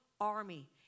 army